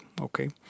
okay